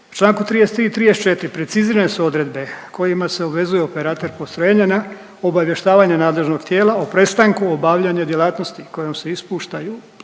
U Članku 33. i 34. precizirane su odredbe kojima se obvezuje operater postrojenja na obavještavanje nadležnog tijela o prestanku obavljanja djelatnosti kojom se ispuštaju